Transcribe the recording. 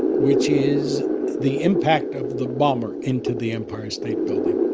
which is the impact of the bomber into the empire state building